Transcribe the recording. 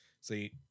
See